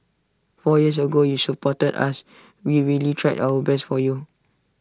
four years ago you supported us we really tried our best for you